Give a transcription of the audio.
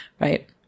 right